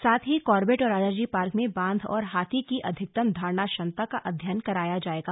साथ ही कॉर्बेट और राजाजी पार्क में बाध और हाथी की अधिकतम धारण क्षमता का अध्ययन कराया जाएगा